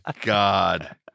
god